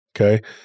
Okay